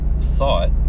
thought